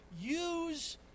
Use